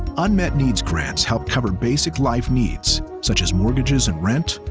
unmet needs grants help cover basic life needs such as mortgages and rent,